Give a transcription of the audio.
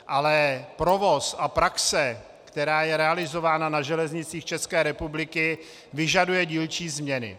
Ale provoz a praxe, která je realizována na železnicích České republiky, vyžaduje dílčí změny.